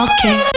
Okay